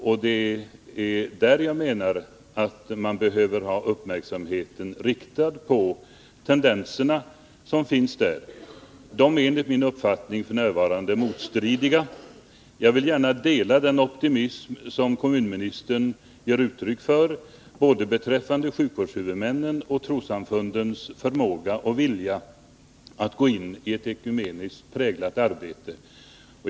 Och jag menar att man behöver ha uppmärksamheten inriktad på de tendenser som finns där. De är enligt min uppfattning f.n. motstridiga. Jag vill gärna dela den optimism som kommunministern ger uttryck för, beträffande både sjukvårdshuvudmännens och trossamfundens förmåga och vilja att gå in i ett ekumeniskt präglat arbete.